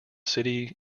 city